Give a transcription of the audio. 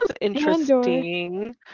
interesting